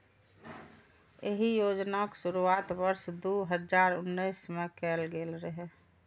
एहि योजनाक शुरुआत वर्ष दू हजार उन्नैस मे कैल गेल रहै